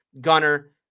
Gunner